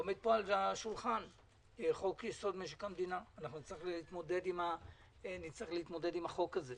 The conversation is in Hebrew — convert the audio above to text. עומד פה על השולחן חוק יסוד: משק המדינה נצטרך להתמודד עם החוק הזה.